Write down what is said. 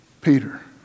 Peter